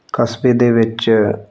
ਕਸਬੇ ਦੇ ਵਿੱਚ